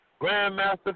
Grandmaster